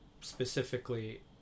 specifically